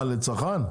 לצרכן?